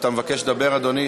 אתה מבקש לדבר, אדוני?